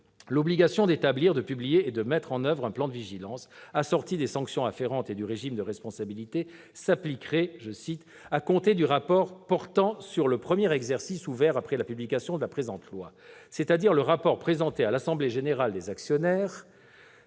l'obligation d'établir, de publier et de mettre en oeuvre un plan de vigilance, assortie des sanctions afférentes et du régime de responsabilité, s'appliquerait « à compter du rapport [...] portant sur le premier exercice ouvert après la publication de la présente loi », c'est-à-dire le rapport présenté à l'assemblée générale des actionnaires